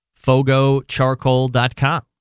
FogoCharcoal.com